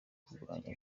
kurwanya